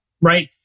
Right